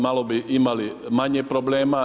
Malo bi imali manje problema.